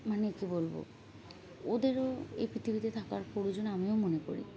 মানে কী বলবো ওদেরও এই পৃথিবীতে থাকার প্রয়োজন আমিও মনে করি